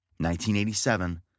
1987